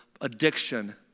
addiction